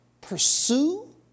pursue